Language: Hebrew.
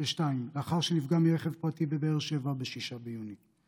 לאחר שנפגע מרכב פרטי בבאר שבע ב-6 ביוני.